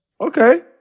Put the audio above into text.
Okay